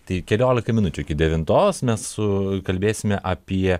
tai keliolika minučių iki devintos mes su kalbėsime apie